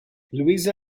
louisa